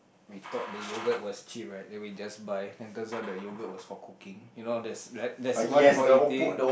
we thought the yogurt was cheap right then we just buy then turns out the yogurt was just for cooking you know there's ri~ there's one for eating